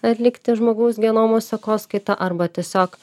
atlikti žmogaus genomo sekos kaitą arba tiesiog